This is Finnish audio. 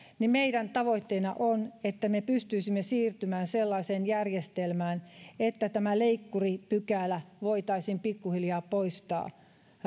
meidän tavoitteenamme on että me pystyisimme siirtymään sellaiseen järjestelmään että tämä leikkuripykälä voitaisiin pikkuhiljaa poistaa